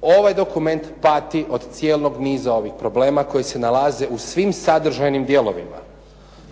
Ovaj dokument pati od cijelog niza ovih problema koji se nalaze u svim sadržajnim dijelovima.